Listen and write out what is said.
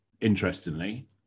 interestingly